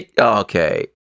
okay